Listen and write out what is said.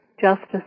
justice